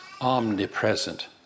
omnipresent